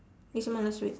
this month last week